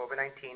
COVID-19